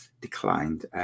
declined